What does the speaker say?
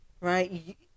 right